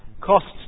costs